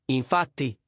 infatti